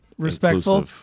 Respectful